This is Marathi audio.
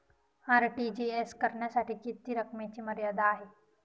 आर.टी.जी.एस करण्यासाठी किती रकमेची मर्यादा आहे?